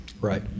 right